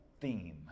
theme